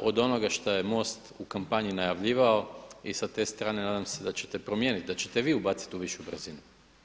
od onoga što je MOST u kampanji najavljivao i sa te strane nadam se da ćete promijeniti, da ćete vi ubaciti u višu brzinu.